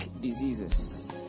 diseases